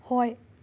ꯍꯣꯏ